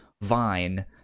vine